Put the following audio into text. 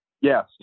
Yes